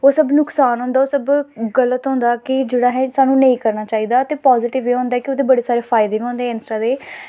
ओह् सब नुकसान होंदा ओह् सब गल्त होंदा कि जेह्ड़ा सानूं नेईं करना चाहिदा ते पाज़िटिव एह् होंदा कि ओह्दे बड़े सारे फायदे बी होंदे न इंस्टा दे